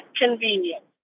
convenient